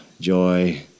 joy